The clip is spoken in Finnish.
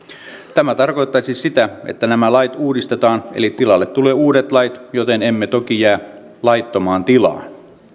tämä tarkoittaisi sitä että nämä lait uudistetaan eli tilalle tulee uudet lait joten emme toki jää laittomaan tilaan